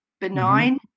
benign